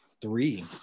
three